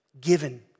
given